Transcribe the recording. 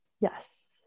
yes